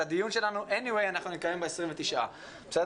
את הדיון נקיים בכל מקרה ב-29 בספטמבר.